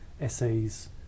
essays